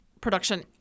production